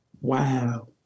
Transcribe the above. Wow